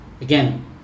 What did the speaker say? Again